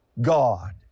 God